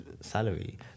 salary